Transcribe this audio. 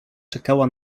czekała